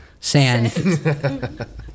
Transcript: sand